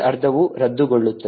ಈ ಅರ್ಧವು ರದ್ದುಗೊಳ್ಳುತ್ತದೆ